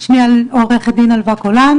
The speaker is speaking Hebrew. זה בפועל כבר קיים,